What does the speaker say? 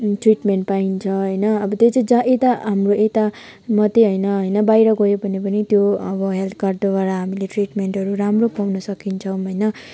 treatment पाइन्छ होइन अब त्यो जा यता हाम्रो यता मात्रै होइन होइन बाहिर गयो भने पनि त्यो अब हेल्थ कार्डद्वारा हामीले ट्रिटमेन्टहरू राम्रो पाउन सकिन्छ होइन